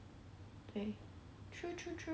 mm true true true